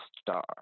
star